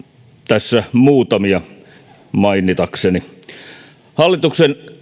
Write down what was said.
tässä muutamia mainitakseni hallituksen